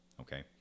Okay